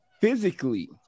physically